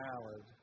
valid